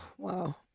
Wow